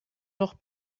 noch